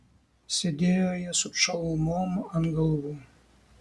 sėdėjo jie su čalmom ant galvų